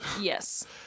Yes